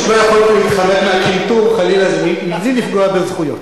פשוט לא יכולתי, חלילה לי, מבלי לפגוע בזכויות.